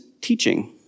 teaching